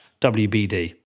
WBD